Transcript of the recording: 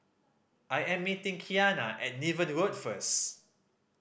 I am meeting Keanna at Niven Road first